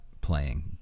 playing